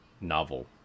novel